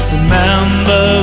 Remember